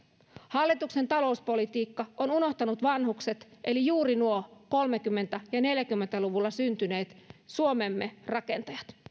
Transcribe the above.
hallituksen talouspolitiikka on unohtanut vanhukset juuri nuo kolmekymmentä ja neljäkymmentä luvuilla syntyneet suomemme rakentajat